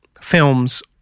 films